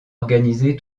organisés